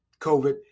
COVID